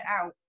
out